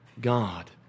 God